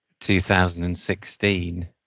2016